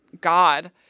God